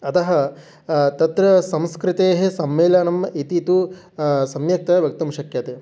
अतः तत्र संस्कृतेः सम्मेलनम् इति तु सम्यक्तया वक्तुं शक्यते